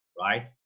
right